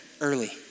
early